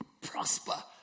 prosper